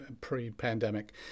Pre-pandemic